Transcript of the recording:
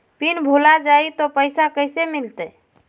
Pin भूला जाई तो पैसा कैसे मिलते?